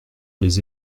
les